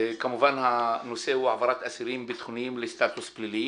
כמובן הנושא הוא העברת אסירים ביטחוניים לסטאטוס פלילי.